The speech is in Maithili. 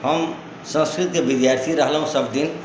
हम सन्स्कृतके विद्यार्थी रहलहुँ सभ दिन